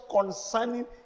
concerning